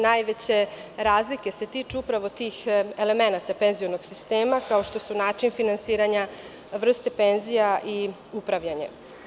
Najveće razlike se tiču upravo tih elemenata penzionog sistema, kao što su način finansiranja, vrste penzija i upravljanje.